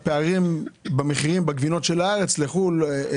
לגבי הפערים במחירי הגבינות של הארץ לבין המחירים בחו"ל.